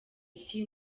ati